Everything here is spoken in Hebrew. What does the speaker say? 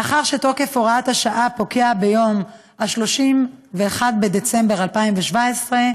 מאחר שתוקף הוראת השעה יפקע ביום 31 בדצמבר 2017,